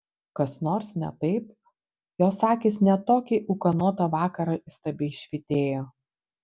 kas nors ne taip jos akys net tokį ūkanotą vakarą įstabiai švytėjo